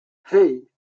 hey